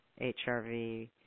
HRV